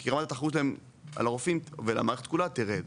כי רמת התחרות על הרופאים ועל המערכת כולה תרד.